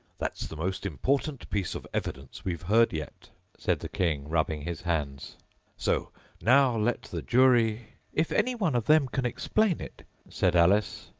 that's the most important piece of evidence we've heard yet said the king, rubbing his hands so now let the jury if any one of them can explain it said alice,